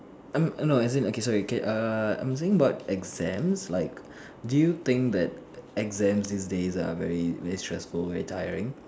I'm uh no as in okay sorry okay err I'm saying about exams like do you think that exams these days are very very stressful very tiring